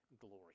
glory